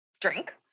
drink